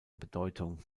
bedeutung